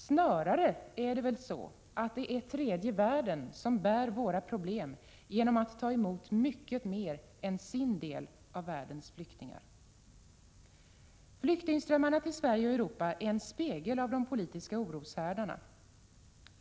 Snarare är det väl så att det är tredje världen som bär våra problem genom att ta emot mycket mer än sin del av världens flyktingar. Flyktingströmmarna till Sverige och Europa är en spegel av de politiska oroshärdarna.